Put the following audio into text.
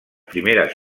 primeres